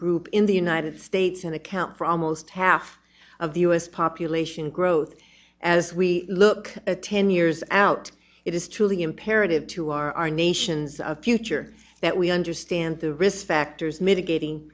group in the united states and account for almost half of the u s population growth as we look at ten years out it is truly imperative to our nation's a future that we understand the risk factors mitigating